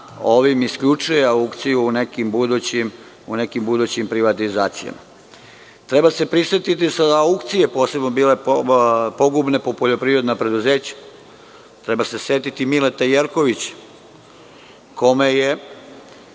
ovim isključuje aukciju u nekim budućim privatizacijama. Treba se prisetiti sada aukcije, posebno bila je pogubna po poljoprivredna preduzeća. Treba se setiti Mileta Jerkovića kome je